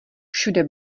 všude